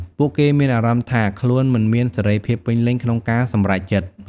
ពួកគេមានអារម្មណ៍ថាខ្លួនមិនមានសេរីភាពពេញលេញក្នុងការសម្រេចចិត្ត។